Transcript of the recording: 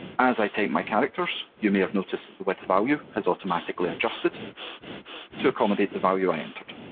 as i type my characters, you may have noticed the width value has automatically adjusted to accommodate the value i entered.